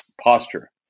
posture